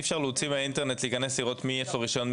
אי אפשר להיכנס לאינטרנט ולראות למי יש רישיון?